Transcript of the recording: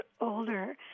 older